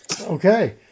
Okay